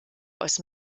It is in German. aus